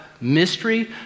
mystery